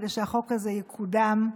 כדי שהחוק הזה יקודם.